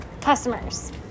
customers